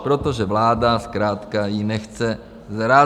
Protože vláda zkrátka ji nechce zarazit.